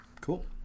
Cool